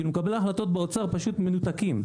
מקבלי ההחלטות באוצר פשוט מנותקים,